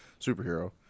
superhero